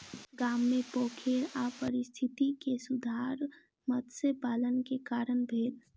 गाम मे पोखैर आ पारिस्थितिकी मे सुधार मत्स्य पालन के कारण भेल